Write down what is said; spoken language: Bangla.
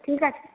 ঠিক আছে